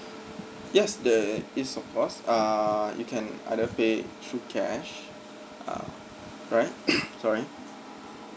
yes there is of course err you can either pay it through cash uh right sorry